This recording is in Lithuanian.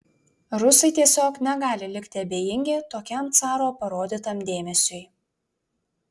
rusai tiesiog negali likti abejingi tokiam caro parodytam dėmesiui